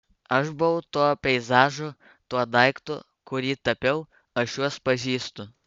aš buvau tuo peizažu tuo daiktu kurį tapiau aš juos pažįstu